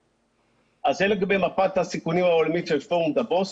זה לגבי מפת הסיכונים העולמית של פורום דאבוס.